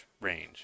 range